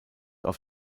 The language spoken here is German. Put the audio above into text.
auf